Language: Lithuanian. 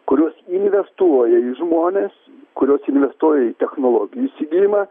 kurios investuoja į žmones kurios investuoja į technologijų įsigijimą